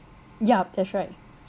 yup that's right